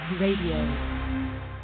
Radio